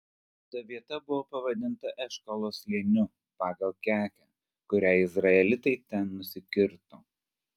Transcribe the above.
ta vieta buvo pavadinta eškolo slėniu pagal kekę kurią izraelitai ten nusikirto